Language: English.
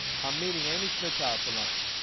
i'm meeting amy schmittauer for lunch.